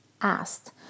asked